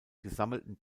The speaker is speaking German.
gesammelten